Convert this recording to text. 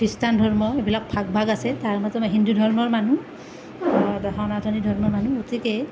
খ্ৰীষ্টান ধৰ্ম এইবিলাক ভাগ ভাগ আছে তাৰ মাজত মই হিন্দু ধৰ্মৰ মানুহ সনাতনী ধৰ্মৰ মানুহ গতিকে